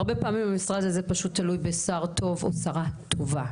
הרבה פעמים המשרד תלוי בשר או שרה טובה.